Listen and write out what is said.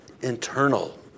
internal